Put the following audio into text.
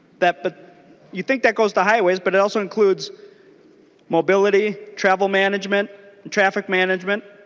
that but you think that goes to highways but also includes mobility travel management traffic management